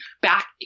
back